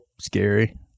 scary